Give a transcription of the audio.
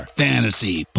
fantasy